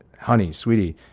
honey, sweetie,